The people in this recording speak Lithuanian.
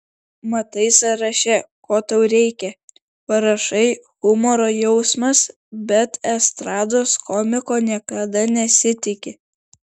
matai sąraše ko tau reikia parašai humoro jausmas bet estrados komiko niekada nesitiki